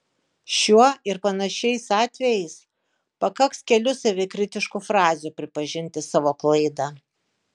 šiuo ir panašiais atvejais pakaks kelių savikritiškų frazių pripažinti savo klaidą